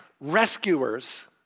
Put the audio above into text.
rescuers